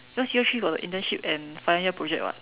cause year three got the internship and final year project [what]